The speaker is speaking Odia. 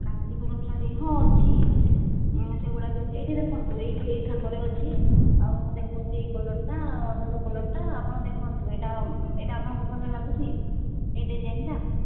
କାଞ୍ଜିବରମ ଶାଢ଼ୀ ହଁ ଅଛି ମୁଁ ସେଗୁଡ଼ା ଏଇଠି ଦେଖନ୍ତୁ ଏଇ ଏଇ ଥାକରେ ଅଛି ଆଉ ମୁଁ ଦେଖଉଛି ଏଇ କଲରଟା ବ୍ଲୁ କଲରଟା ଆପଣଙ୍କୁ ଦେଖନ୍ତୁ ଏଇଟା ଏଇଟା ଆପଣଙ୍କୁ ଭଲ ଲାଗୁଛି ଏ ଡିଜାଇନଟା